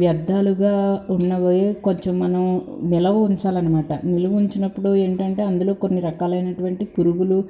వ్యర్ధాలుగా ఉన్నవి కొంచెం మనం నిలువ ఉంచాలి అన్నమాట నిలువ ఉంచినప్పుడు ఏంటంటే అందులో కొన్ని రకాలైనటువంటి పురుగులు